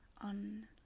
on